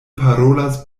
parolas